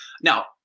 Now